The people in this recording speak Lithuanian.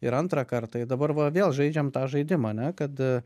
ir antrą kartą ir dabar va vėl žaidžiam tą žaidimą ar ne kad